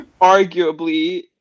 arguably